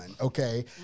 okay